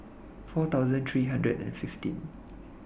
four thousand three hundred and fifteen